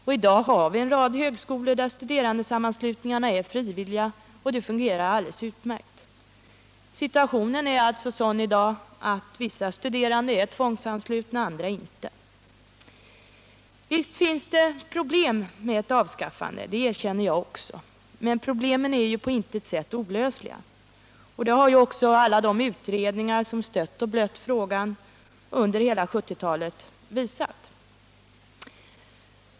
Och i dag har vi en rad högskolor där studerandesammanslutningarna är frivilliga, och det fungerar alldeles utmärkt. Situationen i dag är alltså sådan att vissa studerande är tvångsanslutna, andra inte. Visst finns det problem med ett avskaffande, det erkänner jag också. Men problemen är på intet sätt olösliga. Det har också alla de utredningar som stött och blött frågan under hela 1970-talet visat.